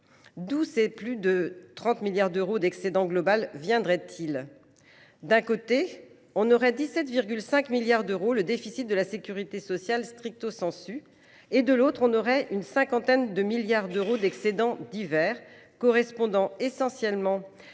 D’où ces 30 milliards d’euros d’excédent global proviendraient ils ? D’un côté, il y aurait 17,5 milliards d’euros de déficit de la sécurité sociale. De l’autre, il y aurait une cinquantaine de milliards d’euros d’excédents divers, qui correspondent essentiellement